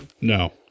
no